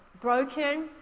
broken